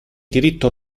diritto